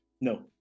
No